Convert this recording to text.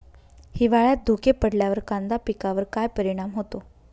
हिवाळ्यात धुके पडल्यावर कांदा पिकावर काय परिणाम होतो?